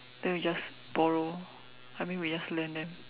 then we just borrow I mean we just lend them